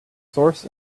source